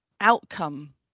outcome